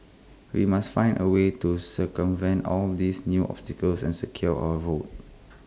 we must find A way to circumvent all these new obstacles and secure our votes